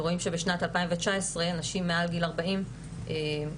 ורואים שבשנת 2019 נשים מעל גיל 40 השיגו